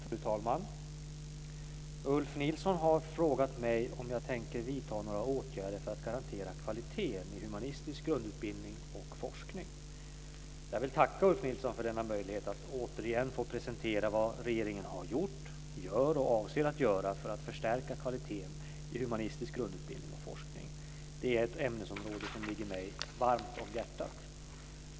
Fru talman! Ulf Nilsson har frågat mig om jag tänker vidta några åtgärder för att garantera kvaliteten i humanistisk grundutbildning och forskning. Jag vill tacka Ulf Nilsson för denna möjlighet att återigen få presentera vad regeringen har gjort, gör och avser att göra för att förstärka kvaliteten i humanistisk grundutbildning och forskning. Detta är ett ämnesområde som ligger mig varmt om hjärtat.